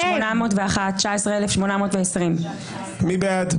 19,801 עד 19,820. מי בעד?